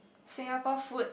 Singapore food